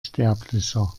sterblicher